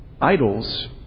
Idols